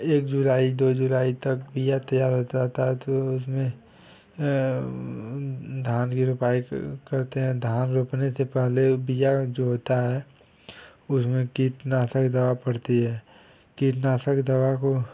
एक जुलाई दो जुलाई जुलाई तक बीआ तैयार हो जाता है तो उसमें धान की रोपाई करते हैं धान रोपने से पहले बीआ जो होता है उसमें कीटनाशक दवा पड़ती है कीटनाशक दवा को